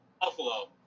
buffalo